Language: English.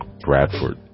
Bradford